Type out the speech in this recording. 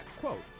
quote